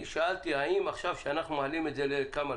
שאלתי האם עכשיו כשאנחנו מעלים את זה לכמה?